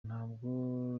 ntabwo